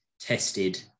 tested